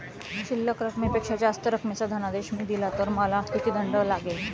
शिल्लक रकमेपेक्षा जास्त रकमेचा धनादेश मी दिला तर मला किती दंड लागेल?